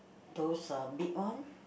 those uh big one